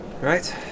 right